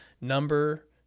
number